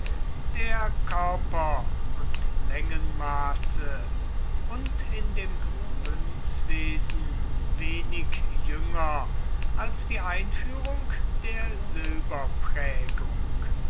der körper und längenmaße und in dem münzwesen wenig jünger als die einführung der